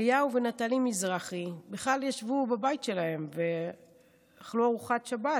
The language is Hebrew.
אליהו ונטלי מזרחי בכלל ישבו בבית שלהם ואכלו ארוחת שבת,